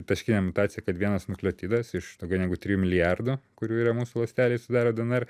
taškinė mutacija kad vienas nukleotidas iš tokio negu trijų milijardų kurių yra mūsų ląstelėj sudaro dnr